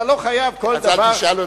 אתה לא חייב כל דבר, אז אל תשאל אותי.